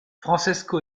francesco